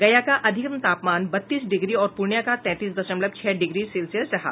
गया का अधिकतम तापमान बत्तीस डिग्री और पूर्णियां का तैंतीस दशमलव छह डिग्री सेल्सियस रहा